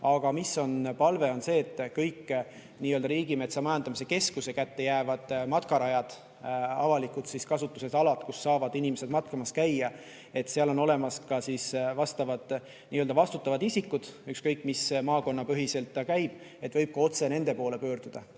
Aga palve on see, et kõik Riigimetsa Majandamise Keskuse kätte jäävad matkarajad, avalikus kasutuses alad, kus saavad inimesed matkamas käia, et seal on olemas ka vastavad vastutavad isikud, ükskõik mis maakonnapõhiselt ta käib, et võib ka otse nende poole pöörduda.